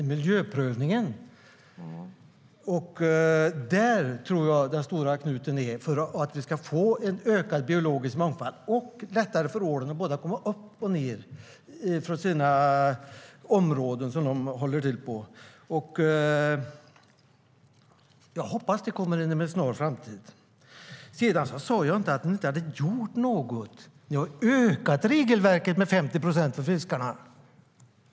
Där ligger nog den stora knuten för att vi ska få en ökad biologisk mångfald. Det ska bli lättare för ålen att ta sig fram och tillbaka från sina områden, och jag hoppas att detta kommer att ske inom en snar framtid. Jag sa inte att ni inte har gjort något. Ni har ökat regelverket för fiskarna med 50 procent.